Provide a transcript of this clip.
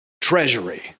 treasury